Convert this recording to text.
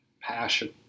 passion